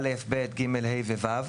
א' ב' ג' ה' ו-ו'.